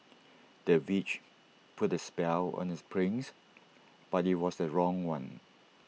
the witch put A spell on the prince but IT was the wrong one